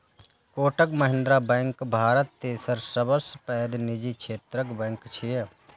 Kotak Mahindra bank Bharat तेसर सबसं पैघ निजी क्षेत्रक बैंक छियै